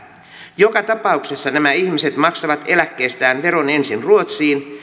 joka tapauksessa nämä ihmiset maksavat eläkkeestään veron ensin ruotsiin